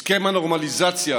הסכם הנורמליזציה